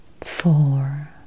four